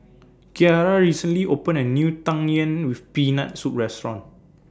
Ciarra recently opened A New Tang Yuen with Peanut Soup Restaurant